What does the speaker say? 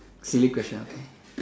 silly question okay